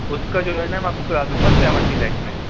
اس کا جو ہے نا میں آپ کو کرا دوں گا سیونٹی لاکھ میں